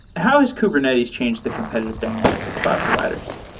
how has kubernetes changed the competitive dynamics of cloud providers?